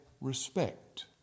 respect